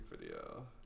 video